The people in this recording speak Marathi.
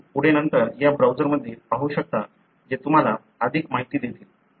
तुम्ही पुढे नंतर या ब्राउझरमध्ये पाहू शकता जे तुम्हाला अधिक माहिती देतील